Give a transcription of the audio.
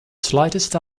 slightest